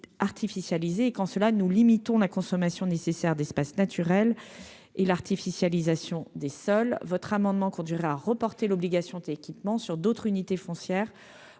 artificialiser quand cela nous limitons la consommation nécessaire d'espaces naturels et l'artificialisation des sols votre amendement conduirait à reporter l'obligation d'équipements sur d'autres unités foncières